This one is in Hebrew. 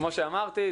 כמו שאמרתי,